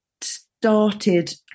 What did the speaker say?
started